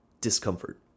Discomfort